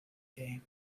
game